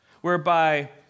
whereby